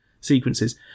sequences